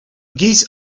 geese